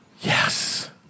Yes